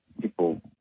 people